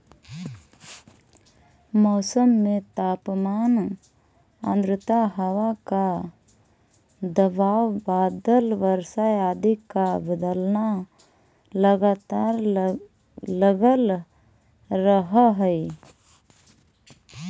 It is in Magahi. मौसम में तापमान आद्रता हवा का दबाव बादल वर्षा आदि का बदलना लगातार लगल रहअ हई